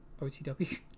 OTW